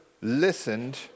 listened